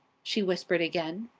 she whispered again.